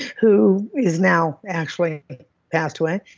who is now actually passed away.